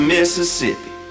Mississippi